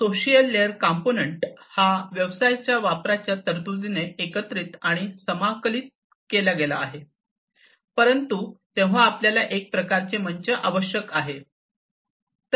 social layer component हा व्यवसायाच्या वापराच्या तरतूदीने एकत्रित आणि समाकलित केले गेला आहे परंतु तेव्हा आपल्याला एक प्रकारचे मंच आवश्यक आहे